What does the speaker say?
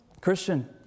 Christian